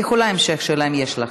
את יכולה המשך שאלה אם יש לך.